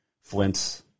Flint's